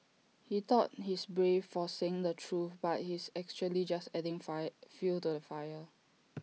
he thought he's brave for saying the truth but he's actually just adding fire fuel to the fire